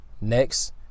next